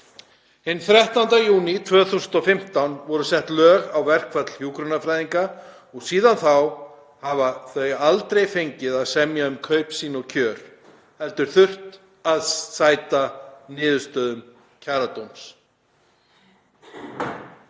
Hinn 13. júní 2015 voru sett lög á verkfall hjúkrunarfræðinga og síðan þá hafa þeir aldrei fengið að semja um kaup sín og kjör heldur þurft að sæta niðurstöðum Kjaradóms.